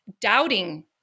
doubting